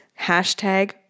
Hashtag